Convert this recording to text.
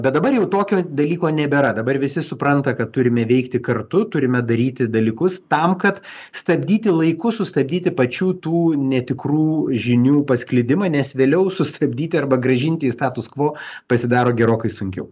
bet dabar jau tokio dalyko nebėra dabar visi supranta kad turime veikti kartu turime daryti dalykus tam kad stabdyti laiku sustabdyti pačių tų netikrų žinių pasklidimą nes vėliau sustabdyti arba grąžinti į status kvo pasidaro gerokai sunkiau